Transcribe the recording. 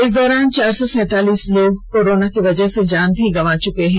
इस दौरान चार सौ सैतालीस लोग कोरोना की वजह से जान गंवा चुके हैं